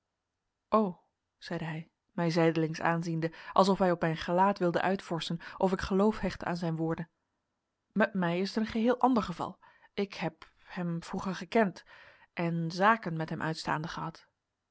zeide hij mij zijdelings aanziende alsof hij op mijn gelaat wilde uitvorschen of ik geloof hechtte aan zijne woorden met mij is het een geheel ander geval ik heb hem vroeger gekend en zaken met hem uitstaande gehad